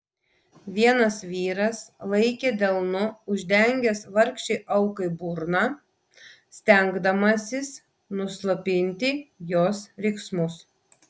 vienas vyras laikė delnu uždengęs vargšei aukai burną stengdamasis nuslopinti jos riksmus